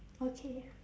okay ya